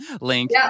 link